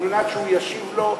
על מנת שהוא ישיב לו.